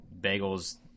bagels